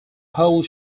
whole